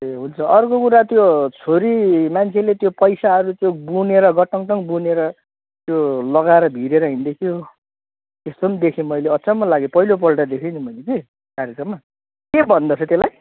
ए हुन्छ अर्को कुरा त्यो छोरी मान्छेले त्यो पैसाहरू त्यो बुनेर गटटङटङ बुनेर त्यो लगाएर भिरेर हिँड्दै थियो त्यस्तो पनि देखेँ मैले अचम्म लाग्यो पहिलोपल्ट देखेँ नि मैले कि कार्यक्रममा के भन्दोरहेछ त्यसलाई